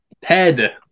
Ted